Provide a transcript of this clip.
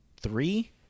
three